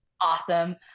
awesome